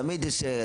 תמיד יש,